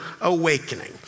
awakening